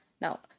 Now